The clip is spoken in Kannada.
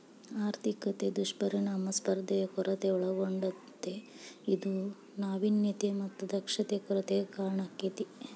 ಆರ್ಥಿಕತೆ ದುಷ್ಪರಿಣಾಮ ಸ್ಪರ್ಧೆಯ ಕೊರತೆ ಒಳಗೊಂಡತೇ ಇದು ನಾವಿನ್ಯತೆ ಮತ್ತ ದಕ್ಷತೆ ಕೊರತೆಗೆ ಕಾರಣಾಕ್ಕೆತಿ